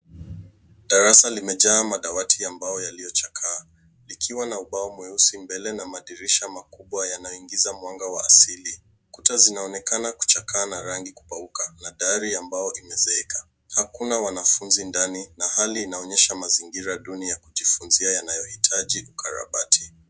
Darasa limejaa madawati ya mbao yaliyo chakaa yakiwa na ubao mweusi mbele na madirisha makubwa yanayo ingiza mwanga wa asili. Ukuta unaoonekana kuchakata na rangi kukauka na dari ambayo imezeeka. Hakuna wanafunzi ndani na hali inaonyesha mazingira duni ya kujifunzia na yanayo hitaji ukarabati.